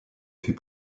fut